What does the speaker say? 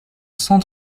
cent